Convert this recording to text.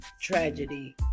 tragedy